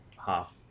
half